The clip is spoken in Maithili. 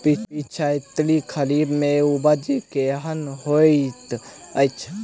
पिछैती खरीफ मे उपज केहन होइत अछि?